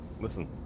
listen